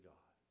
God